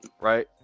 right